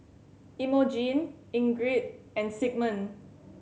Imogene Ingrid and Sigmund